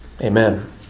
amen